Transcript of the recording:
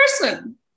person